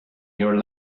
your